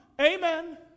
Amen